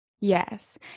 yes